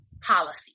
policy